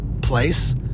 place